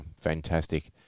fantastic